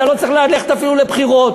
אתה לא צריך ללכת אפילו לבחירות.